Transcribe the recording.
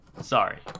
sorry